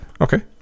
Okay